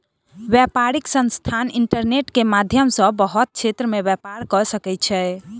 व्यापारिक संस्थान इंटरनेट के माध्यम सॅ बहुत क्षेत्र में व्यापार कअ सकै छै